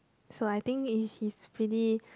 so I think is he's pretty